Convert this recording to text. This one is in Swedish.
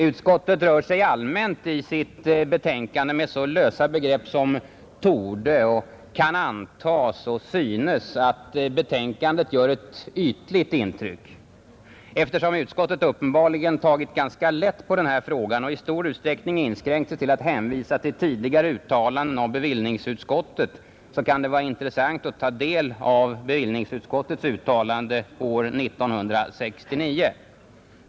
Utskottet rör sig allmänt med så lösa begrepp — ”torde” och ”kan antas” och ”synes” — att betänkandet gör ett ytligt intryck, Eftersom utskottet uppenbarligen tagit ganska lätt på den här frågan och i stor utsträckning inskränkt sig till att hänvisa till tidigare uttalanden av bevillningsutskottet, kan det vara intressant att ta del av bevillningsutskottets uttalande år 1969.